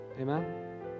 Amen